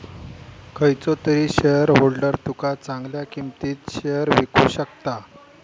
खयचो तरी शेयरहोल्डर तुका चांगल्या किंमतीत शेयर विकु शकता